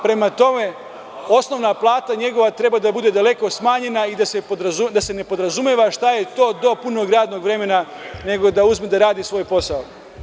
Prema tome, osnovna plata njegova treba da bude daleko smanjena i da se ne podrazumeva šta je to do punog radnog vremena, nego da uzme da radi svoj posao.